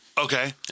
okay